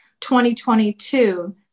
2022